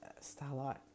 Starlight